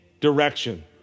direction